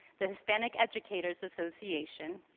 the hispanic educators association,